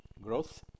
growth